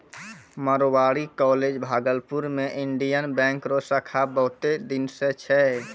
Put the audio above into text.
Marwari college Bhagalpur मे Indian bank रो शाखा बहुत दिन से छै